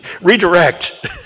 Redirect